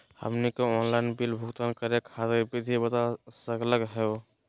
हमनी के online bill भुगतान करे खातीर विधि बता सकलघ हो?